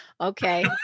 okay